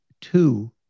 two